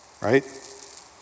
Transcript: right